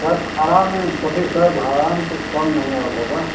sir भाड़ा में कथी सर भाड़ा में कुछ कम नहीं होगा